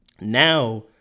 now